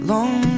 Long